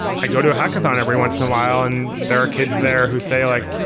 i go to a hackathon every once in a while and there are kids there who say like,